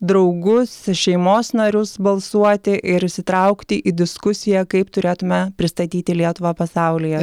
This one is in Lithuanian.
draugus šeimos narius balsuoti ir įsitraukti į diskusiją kaip turėtume pristatyti lietuvą pasaulyje